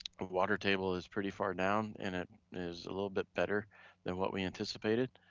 water table is pretty far down and it is a little bit better than what we anticipated,